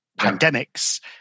pandemics